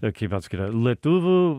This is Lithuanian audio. a kaip ten sakyta lietuvių